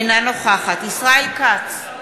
אינה נוכחת ישראל כץ,